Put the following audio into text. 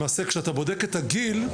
למעשה, כשאתה בודק את הגיל,